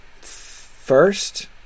first